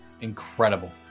Incredible